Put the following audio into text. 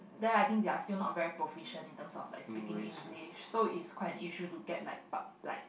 there I think they are still not very proficient in terms of like speaking English so it's quite an issue to get like p~ like